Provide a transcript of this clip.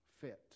fit